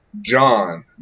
John